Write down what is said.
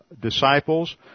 disciples